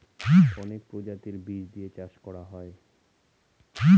অনেক প্রজাতির বীজ দিয়ে চাষ করা হয়